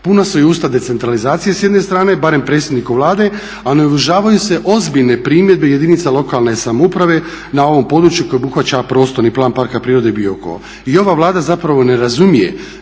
Puna su joj usta decentralizacije s jedne strane, barem predsjedniku Vlade, a ne uvažavaju se ozbiljne primjedbe jedinica lokalne samouprave na ovom području koje obuhvaća Prostorni plan Parka prirode Biokovo. I ova Vlada zapravo ne razumije